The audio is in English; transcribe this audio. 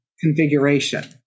configuration